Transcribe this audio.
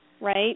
right